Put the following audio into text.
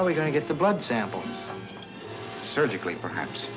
are we going to get the blood sample surgically perhaps